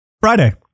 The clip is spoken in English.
Friday